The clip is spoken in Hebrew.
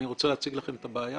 אני רוצה להציג לכם את הבעיה